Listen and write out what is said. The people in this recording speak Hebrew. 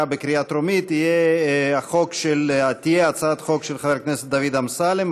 בקריאה טרומית תהיה של חבר הכנסת דוד אמסלם,